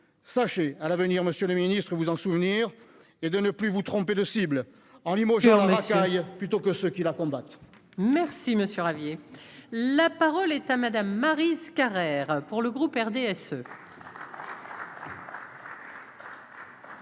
sachez à l'avenir, Monsieur le Ministre, vous en souvenir, et de ne plus vous trompez de cible en limogeant plutôt que ceux qui la combattent. Merci Monsieur Ravier, la parole est à Madame Maryse Carrère pour le groupe RDSE.